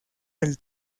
del